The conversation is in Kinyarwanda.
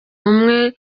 umwe